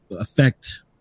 affect